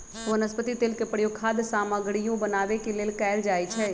वनस्पति तेल के प्रयोग खाद्य सामगरियो बनावे के लेल कैल जाई छई